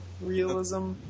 realism